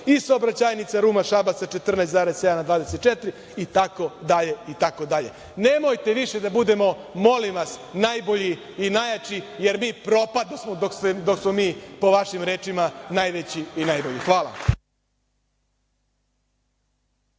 i saobraćajnica Ruma - Šabac sa 14,7 na 24 itd. Nemojte više da budemo, molim vas, najbolji i najjači, jer mi propadosmo dok smo mi, po vašim rečima, najveći i najbolji. Hvala.